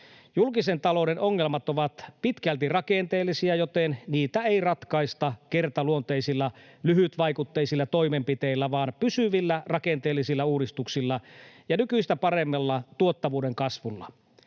Julkisen talouden ongelmat ovat pitkälti rakenteellisia, joten niitä ei ratkaista kertaluonteisilla, lyhytvaikutteisilla toimenpiteillä vaan pysyvillä rakenteellisilla uudistuksilla ja nykyistä paremmalla tuottavuuden kasvulla.